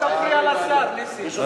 אל תפריע, אל תפריע לשר, נסים.